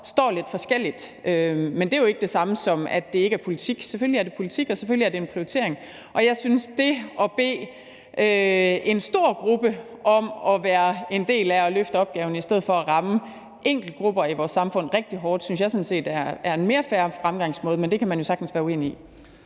står forskelligt, men det er jo ikke det samme som, at det ikke er politik. Selvfølgelig er det politik, og selvfølgelig er det en prioritering. Og jeg synes sådan set, at det at bede en stor gruppe om at være en del af at løfte opgaven i stedet for at ramme enkeltgrupper i vores samfund rigtig hårdt er en mere fair fremgangsmåde, men det kan man jo sagtens være uenig i.